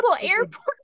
airport